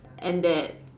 and that